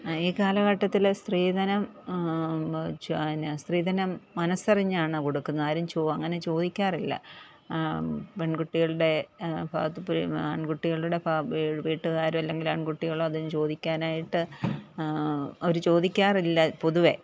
ഈ കാലഘട്ടത്തിൽ സ്ത്രീധനം പിന്നെ സ്ത്രീധനം മനസ്സറിഞ്ഞാണ് കൊടുക്കുന്നത് ആരും അങ്ങനെ ചോദിക്കാറില്ല പെൺകുട്ടികളുടെ ഭാഗത്ത് ഇപ്പം ഈ ആൺകുട്ടികളുടെ വീട്ടുകാരും അല്ലെങ്കിൽ ആൺകുട്ടികൾ അത് ചോദിക്കാനായിട്ട് അവർ ചോദിക്കാറില്ല പൊതുവെ